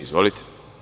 Izvolite.